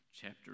chapter